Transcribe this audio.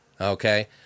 Okay